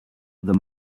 the